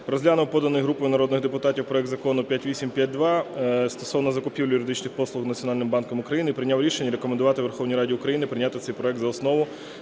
розглянув поданий групою народних депутатів проект Закону 5852 стосовно закупівлі юридичних послуг Національним банком України і прийняв рішення рекомендувати Верховній Раді України прийняти цей проект за основу